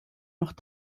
noch